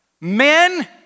Men